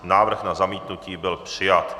Návrh na zamítnutí byl přijat.